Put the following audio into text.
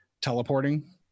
teleporting